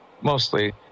Mostly